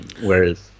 Whereas